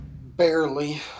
Barely